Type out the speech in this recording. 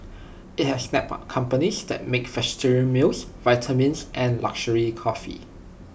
IT has snapped up companies that make vegetarian meals vitamins and luxury coffee